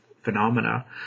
phenomena